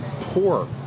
poor